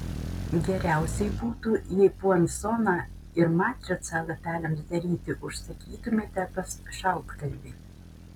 geriausiai būtų jei puansoną ir matricą lapeliams daryti užsakytumėte pas šaltkalvį